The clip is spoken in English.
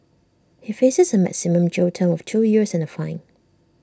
he faces A maximum jail term of two years and A fine